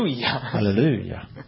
Hallelujah